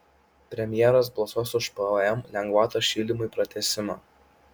premjeras balsuos už pvm lengvatos šildymui pratęsimą